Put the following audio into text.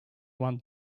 one